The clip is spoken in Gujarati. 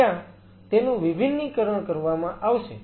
ત્યાં તેનું વિભિન્નીકરણ કરવામાં આવશે